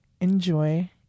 enjoy